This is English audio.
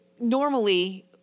normally